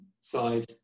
side